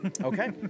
Okay